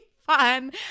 fun